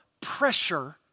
pressure